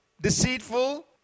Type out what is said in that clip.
Deceitful